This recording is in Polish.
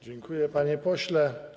Dziękuję, panie pośle.